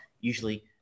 usually